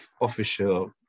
official